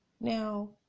Now